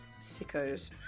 sickos